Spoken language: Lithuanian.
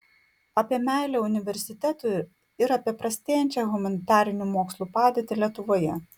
apie meilę universitetui ir apie prastėjančią humanitarinių mokslų padėtį lietuvoje